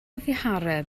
ddihareb